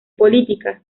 política